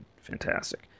fantastic